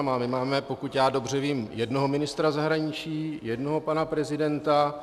My máme, pokud dobře vím, jednoho ministra zahraničí, jednoho pana prezidenta.